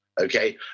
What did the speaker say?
Okay